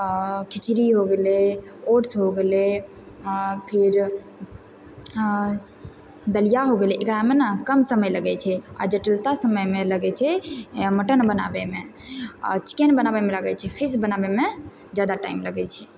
खिचड़ी हो गेलै ओट्स हो गेलै फिर दलिया हो गेलै एकरामे ने कम समय लगै छै आ जटिलता समयमे लगै छै मटन बनाबैमे आ चिकन बनाबैमे लगै छै फिश बनाबैमे जादा टाइम लगै छै